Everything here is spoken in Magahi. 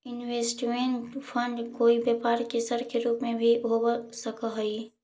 इन्वेस्टमेंट फंड कोई व्यापार के सर के रूप में भी हो सकऽ हई